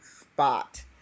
spot